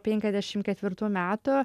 penkiasdešimt ketvirtų metų